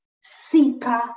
seeker